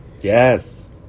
Yes